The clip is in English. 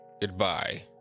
Goodbye